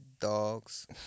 dogs